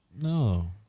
no